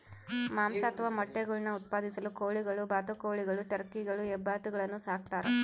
ಮಾಂಸ ಅಥವಾ ಮೊಟ್ಟೆಗುಳ್ನ ಉತ್ಪಾದಿಸಲು ಕೋಳಿಗಳು ಬಾತುಕೋಳಿಗಳು ಟರ್ಕಿಗಳು ಹೆಬ್ಬಾತುಗಳನ್ನು ಸಾಕ್ತಾರ